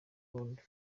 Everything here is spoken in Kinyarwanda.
burundi